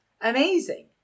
amazing